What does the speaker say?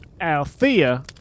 Althea